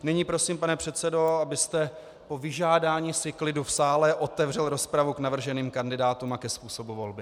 Nyní prosím, pane předsedo, abyste po vyžádání si klidu v sále otevřel rozpravu k navrženým kandidátům a ke způsobu volby.